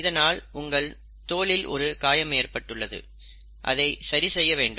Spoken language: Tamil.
இதனால் உங்கள் தோலில் ஒரு காயம் ஏற்பட்டுள்ளது அதை சரி செய்ய வேண்டும்